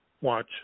watch